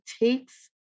takes